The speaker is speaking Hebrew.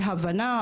בהבנה.